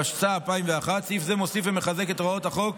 התשס"א 2001. סעיף זה מוסיף ומחזק את הוראות החוק